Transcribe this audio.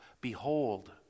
behold